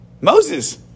Moses